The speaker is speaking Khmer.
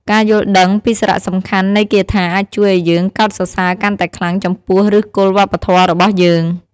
ការយល់ដឹងពីសារៈសំខាន់នៃគាថាអាចជួយឱ្យយើងកោតសរសើរកាន់តែខ្លាំងចំពោះឫសគល់វប្បធម៌របស់យើង។